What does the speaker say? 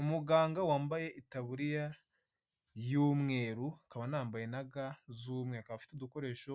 Umuganga wambaye itaburiya y'umweru, akaba anambaye na ga z'umweru, akaba afite udukoresho